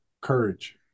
courage